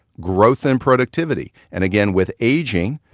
growth and productivity. and again with aging,